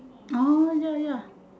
orh ya ya